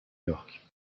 york